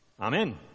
Amen